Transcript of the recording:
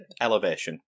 Elevation